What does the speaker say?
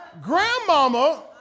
Grandmama